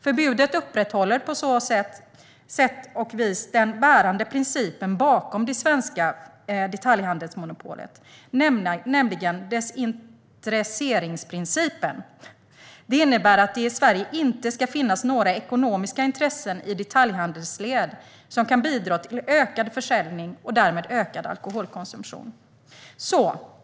Förbudet upprätthåller på så vis den bärande principen bakom det svenska detaljhandelsmonopolet, nämligen desintresseringsprincipen. Den innebär att det i Sverige inte ska finnas några ekonomiska intressen i detaljhandelsled som kan bidra till ökad försäljning och därmed ökad alkoholkonsumtion.